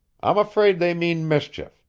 i'm afraid they mean mischief,